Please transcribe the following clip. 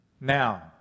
now